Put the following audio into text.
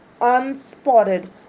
unspotted